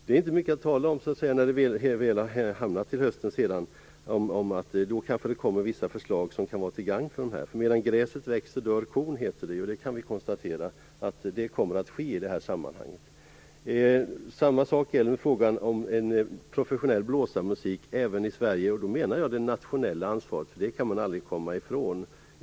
Det uttrycktes i klara ordalag här i kammaren. Till hösten kanske det kommer vissa förslag som kan vara till gagn för dessa institutioner, men då är det inte mycket att tala om. Medan gräset växer dör kon, heter det. Vi kan konstatera att det kommer att ske i detta sammanhang. Samma sak gäller frågan om en professionell blåsarmusik även i Sverige. Man kan aldrig komma ifrån det nationella ansvaret.